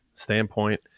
standpoint